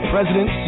President